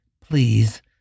please